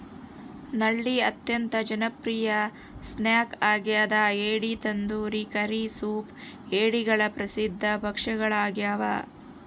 ನಳ್ಳಿ ಅತ್ಯಂತ ಜನಪ್ರಿಯ ಸ್ನ್ಯಾಕ್ ಆಗ್ಯದ ಏಡಿ ತಂದೂರಿ ಕರಿ ಸೂಪ್ ಏಡಿಗಳ ಪ್ರಸಿದ್ಧ ಭಕ್ಷ್ಯಗಳಾಗ್ಯವ